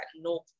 no